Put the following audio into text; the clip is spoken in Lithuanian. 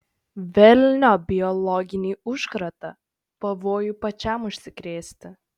velniop biologinį užkratą pavojų pačiam užsikrėsti